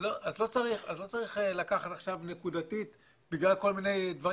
אז לא צריך לקחת עכשיו נקודתית בגלל כל מיני דברים